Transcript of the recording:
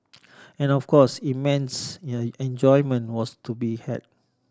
and of course immense enjoyment was to be had